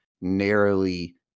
narrowly